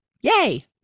Yay